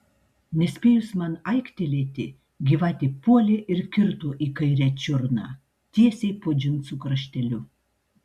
nespėjus man aiktelėti gyvatė puolė ir kirto į kairę čiurną tiesiai po džinsų krašteliu